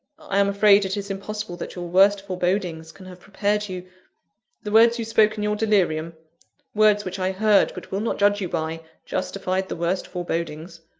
i am afraid it is impossible that your worst forebodings can have prepared you the words you spoke in your delirium words which i heard, but will not judge you by justified the worst forebodings.